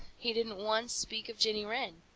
he didn't once speak of jenny wren.